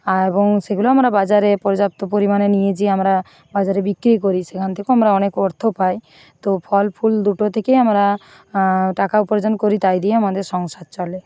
এবং সেগুলো আমরা বাজারে পর্যাপ্ত পরিমাণে নিয়ে যেয়ে আমরা বাজারে বিক্রি করি সেখান থেকেও আমরা অনেক অর্থ পাই তো ফল ফুল দুটো থেকেই আমরা টাকা উপার্জন করি তাই দিয়ে আমাদের সংসার চলে